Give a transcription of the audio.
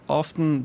often